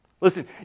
Listen